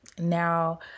Now